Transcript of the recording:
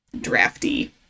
drafty